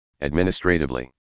administratively